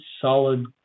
solid